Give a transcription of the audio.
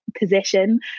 position